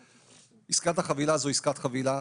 עסקת החבילה הזו עסקת חבילה,